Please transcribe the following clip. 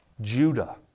Judah